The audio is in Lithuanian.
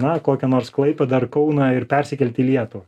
na kokią nors klaipėdą ar kauną ir persikelti į lietuvą